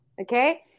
Okay